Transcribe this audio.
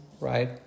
right